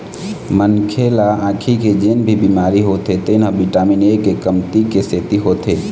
मनखे ल आँखी के जेन भी बिमारी होथे तेन ह बिटामिन ए के कमती के सेती होथे